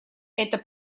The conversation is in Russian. эта